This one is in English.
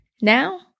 now